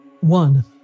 One